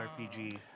RPG